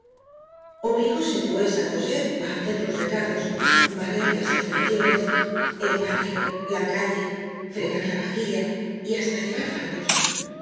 obligóse pues á cosette á hacer los recados barrer las habitaciones el patio la calle fregar la vajilla y hasta llevar fardos